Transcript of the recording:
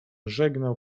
żegnał